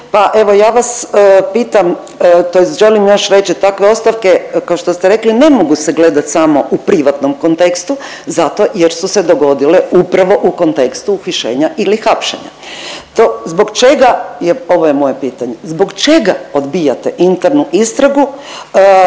Pa evo ja vas pitam tj. želim još reći takve ostavke kao što ste rekli ne mogu se gledati samo u privatnom kontekstu zato jer su se dogodile upravo u kontekstu uhićenja ili hapšenja. To, zbog čega, ovo je moje pitanje, zbog čega odbijate internu istragu